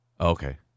Okay